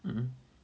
mm